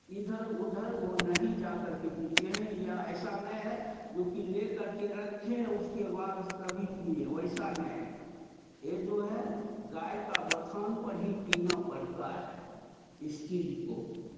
इधर उधर वे नहीं जा करके पीते हैं या ऐसा नहीं है जोकि ले करके रखे हैं उसके बाद कभी पिए वैसा नहीं है यह जो है गाय का बथान पर ही पीना पड़ता है इस चीज़ को